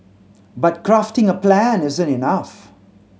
but crafting a plan isn't enough